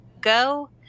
go